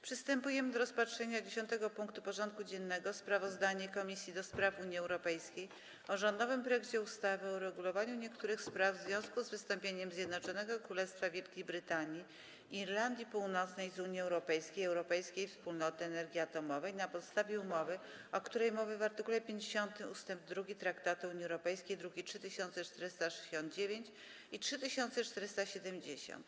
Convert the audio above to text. Przystępujemy do rozpatrzenia punktu 10. porządku dziennego: Sprawozdanie Komisji do Spraw Unii Europejskiej o rządowym projekcie ustawy o uregulowaniu niektórych spraw w związku z wystąpieniem Zjednoczonego Królestwa Wielkiej Brytanii i Irlandii Północnej z Unii Europejskiej i Europejskiej Wspólnoty Energii Atomowej na podstawie umowy, o której mowa w art. 50 ust. 2 Traktatu o Unii Europejskiej (druki nr 3469 i 3470)